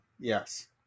yes